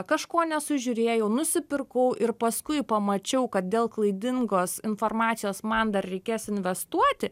kažko nesužiūrėjau nusipirkau ir paskui pamačiau kad dėl klaidingos informacijos man dar reikės investuoti